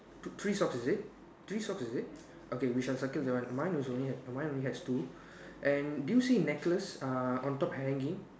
three socks is it three socks is it okay we shall circle that one mine is only have mine only has two and do you see necklace uh on top hanging